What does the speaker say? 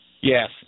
yes